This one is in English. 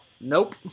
nope